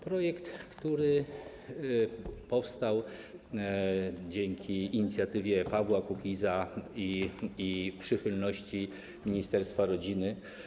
Projekt powstał dzięki inicjatywie Pawła Kukiza i przychylności ministerstwa rodziny.